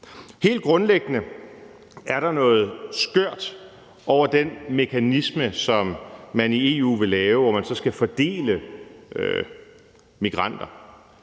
Helt grundlæggende er der noget skørt over den mekanisme, som man vil lave i EU, hvor man så skal fordele migranter.